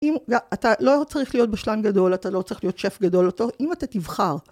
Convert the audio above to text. אם אתה לא צריך להיות בשלן גדול, אתה לא צריך להיות שף גדול או טוב, אם אתה תבחר.